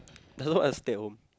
just want to stay at home